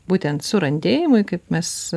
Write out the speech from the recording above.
būtent surandėjimui kaip mes